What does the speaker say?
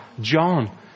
John